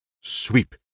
sweep